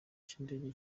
cy’indege